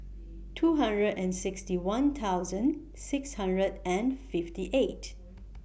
two hundred and sixty one thousand six hundred and fifty eight